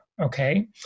Okay